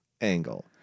angle